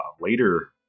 later